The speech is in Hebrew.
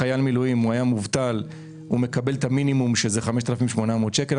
שהוא מובטל מקבל את המינימום - 5,800 שקל.